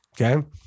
okay